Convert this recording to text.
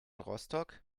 rostock